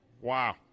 Wow